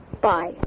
Bye